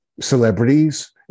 celebrities